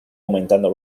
aumentando